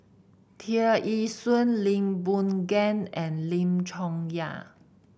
Tear Ee Soon Lee Boon Ngan and Lim Chong Yah